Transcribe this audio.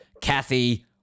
Kathy